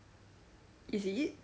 is it